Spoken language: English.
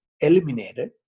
Eliminated